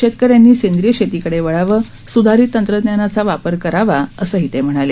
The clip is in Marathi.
शेतकऱ्यांनी सेंद्रीय शेतीकडे वळावं सुधारित तंत्रज्ञानाचा वापर करावा असं ते म्हणाले